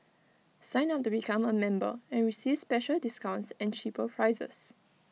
sign up to become A member and receive special discounts and cheaper prices